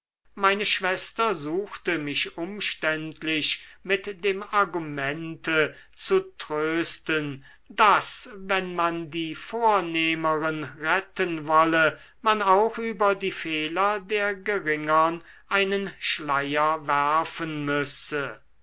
meine schwester suchte mich umständlich mit dem argumente zu trösten daß wenn man die vornehmeren retten wolle man auch über die fehler der geringern einen schleier werfen müsse